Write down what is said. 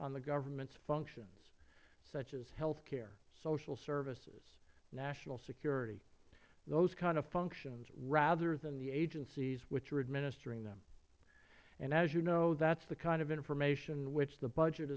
on the governments functions such as health care social services national security those kind of functions rather than the agencies which are administering them and as you know that is the kind of information which the budget